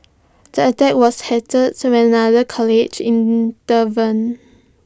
the attack was when another colleague intervened